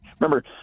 Remember